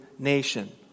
nation